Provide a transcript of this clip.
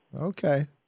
Okay